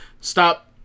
Stop